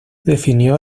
definió